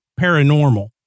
Paranormal